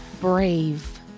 brave